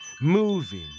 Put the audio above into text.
moving